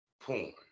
porn